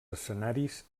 escenaris